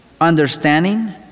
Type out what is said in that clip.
understanding